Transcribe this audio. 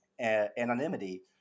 anonymity